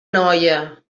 noia